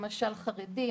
כמו למשל חרדים,